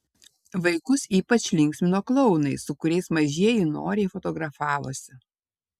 vaikus ypač linksmino klounai su kuriais mažieji noriai fotografavosi